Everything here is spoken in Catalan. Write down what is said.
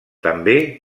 també